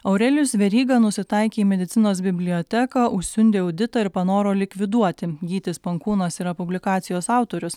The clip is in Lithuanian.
aurelijus veryga nusitaikė į medicinos biblioteką užsiundė auditą ir panoro likviduoti gytis pankūnas yra publikacijos autorius